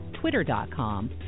twitter.com